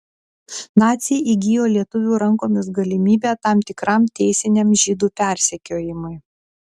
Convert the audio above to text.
naciai įgijo lietuvių rankomis galimybę tam tikram teisiniam žydų persekiojimui